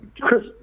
Chris